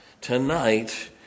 tonight